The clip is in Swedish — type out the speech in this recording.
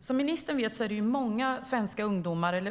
Som ministern vet är det många